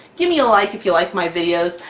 give me a like if you like my videos,